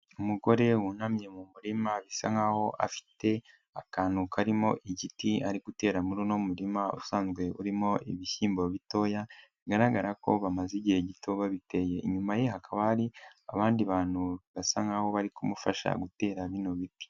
Umugore wunamye mu murima bisa nk'aho afite akantu karimo igiti ari gutera muri uno murima usanzwe urimo ibishyimbo bitoya, bigaragara ko bamaze igihe gito babiteye, inyuma ye hakaba hari abandi bantu basa nk'aho bari kumufasha gutera bino biti.